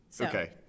Okay